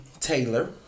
Taylor